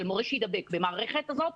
של מורה שיידבק במערכת הזאת,